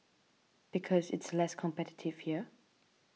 because it's less competitive here